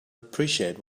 appreciate